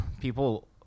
People